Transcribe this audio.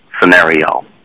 scenario